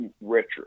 richer